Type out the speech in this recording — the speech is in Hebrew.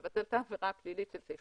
הוא מבטל את העבירה הפלילית של סעיף